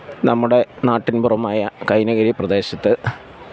നമ്മുടെ നാട്ടിന്പുറമായ കൈനകരി പ്രദേശത്ത്